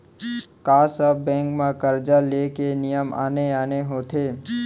का सब बैंक म करजा ले के नियम आने आने होथे?